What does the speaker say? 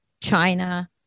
China